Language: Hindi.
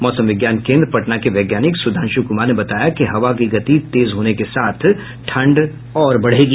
मौसम विज्ञान केन्द्र पटना के वैज्ञानिक सुधांशु कुमार ने बताया कि हवा की गति तेज होने के साथ ठंड और बढ़ेगी